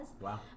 Wow